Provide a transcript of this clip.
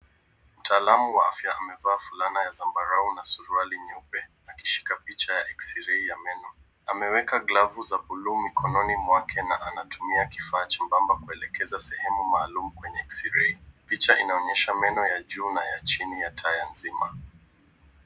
Mtaalamu wa afya amevaa fulana ya zambarau na suruali nyeupe akishika picha ya eksrei ya meno. Ameweka glavu za buluu mikononi mwake na anatumia kifaa chembamba kuelekeza sehemu maalum kwenye eksrei. Picha inaonyesha meno ya juu na ya chini ya taya mzima.